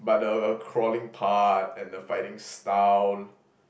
but the crawling part and the fighting style